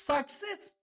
Success